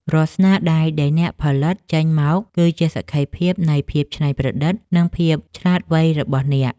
រាល់ស្នាដៃដែលអ្នកផលិតចេញមកគឺជាសក្ខីភាពនៃភាពច្នៃប្រឌិត និង ភាពឆ្លាតវៃរបស់អ្នក។